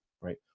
right